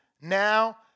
Now